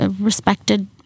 respected